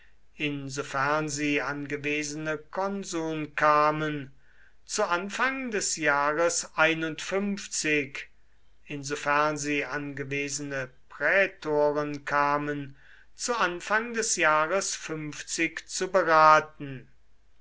insofern sie an gewesene konsuln kamen zu anfang des jahres insofern sie an gewesene prätoren kamen zu anfang des jahres zu beraten